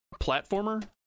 platformer